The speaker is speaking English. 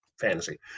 fantasy